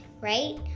right